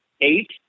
eight